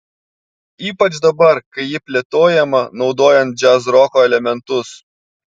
ypač dabar kai ji plėtojama naudojant džiazroko elementus